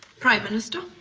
prime minister?